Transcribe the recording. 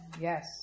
Yes